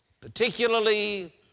particularly